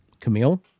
Camille